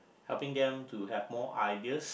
helping them to have more ideas